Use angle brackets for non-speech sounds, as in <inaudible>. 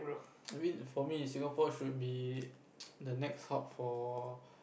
I mean for me Singapore should be <noise> the next sup for